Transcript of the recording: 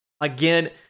Again